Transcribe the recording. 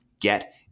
get